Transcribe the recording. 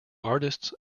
artists